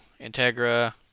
integra